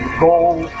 gold